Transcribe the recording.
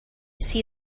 see